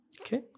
Okay